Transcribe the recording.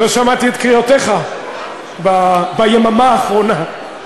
לא שמעתי את קריאותיך ביממה האחרונה,